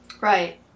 Right